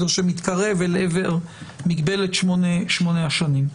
שמתקרב אל עבר מגבלת שמונה השנים.